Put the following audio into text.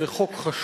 זה חוק חשוב,